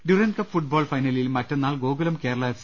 Durand cup football ഫൈനലിൽ മറ്റുന്നാൾ Gokulam Kerala F